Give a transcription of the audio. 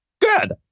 good